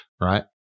Right